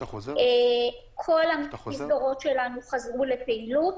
כל המסגרות שלנו חזרו לפעילות.